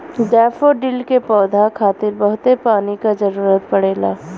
daffodil के पौधा खातिर बहुते पानी क जरुरत पड़ेला